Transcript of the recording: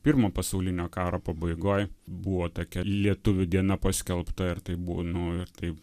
pirmo pasaulinio karo pabaigoj buvo tokia lietuvių diena paskelbta ir tai buvo nu ir tai